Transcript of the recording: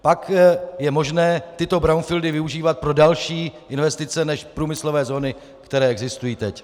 Pak je možné tyto brownfieldy využívat pro další investice než průmyslové zóny, které existují teď.